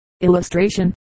Illustration